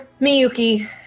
Miyuki